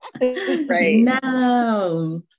No